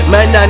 Man